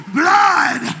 blood